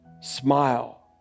smile